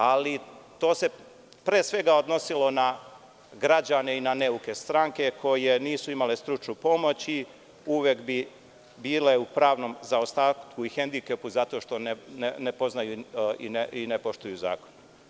Ali, to se pre svega odnosilo na građane i neuke stranke koje nisu imale stručnu pomoć i uvek bi bile u pravnom zaostatku i hendikepu zato što ne poznaju i ne poštuju zakon.